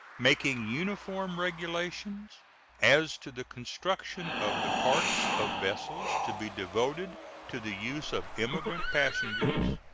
making uniform regulations as to the construction of the parts of vessels to be devoted to the use of emigrant passengers,